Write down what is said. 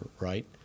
right